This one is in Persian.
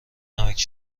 نمکـ